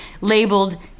labeled